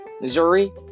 Missouri